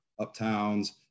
uptowns